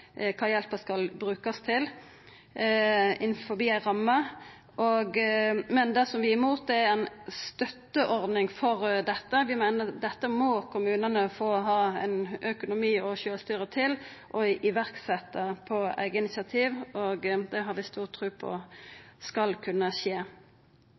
Det vi er imot, er ei støtteordning for dette. Vi meiner at dette må kommunane få økonomi og sjølvstyre til å setja i verk på eige initiativ, og det har vi stor tru